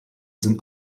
sind